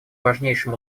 важнейшим